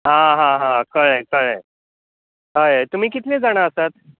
हां हां हां कळ्ळें कळ्ळें हय हय तुमीं कितलीं जाणां आसात